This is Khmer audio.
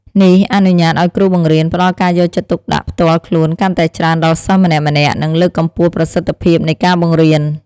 នេះអនុញ្ញាតឱ្យគ្រូបង្រៀនផ្តល់ការយកចិត្តទុកដាក់ផ្ទាល់ខ្លួនកាន់តែច្រើនដល់សិស្សម្នាក់ៗ និងលើកកម្ពស់ប្រសិទ្ធភាពនៃការបង្រៀន។